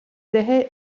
vefe